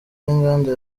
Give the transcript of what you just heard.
n’inganda